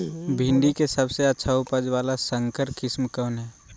भिंडी के सबसे अच्छा उपज वाला संकर किस्म कौन है?